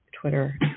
twitter